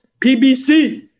PBC